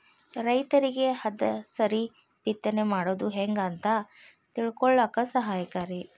ರೈತರಿಗೆ ಹದಸರಿ ಬಿತ್ತನೆ ಮಾಡುದು ಹೆಂಗ ಅಂತ ತಿಳಕೊಳ್ಳಾಕ ಸಹಾಯಕಾರಿ